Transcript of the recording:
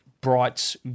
brights